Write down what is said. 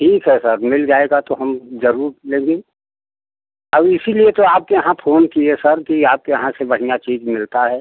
ठीक है सर मिल जाएगा तो हम जरूर लेंगे अब इसलिए तो आपके यहाँ फोन किए सर कि आपके यहाँ से बढ़िया चीज़ मिलता है